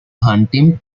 hunting